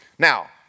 Now